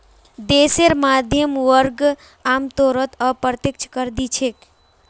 देशेर मध्यम वर्ग आमतौरत अप्रत्यक्ष कर दि छेक